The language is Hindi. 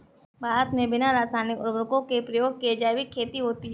भारत मे बिना रासायनिक उर्वरको के प्रयोग के जैविक खेती होती है